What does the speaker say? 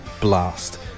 blast